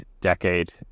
decade